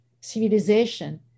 civilization